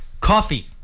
Coffee